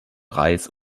reis